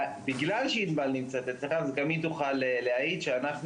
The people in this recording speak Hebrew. בגלל שענבל נמצאת אצלכם היא תמיד תוכל להעיד שאנחנו